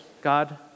God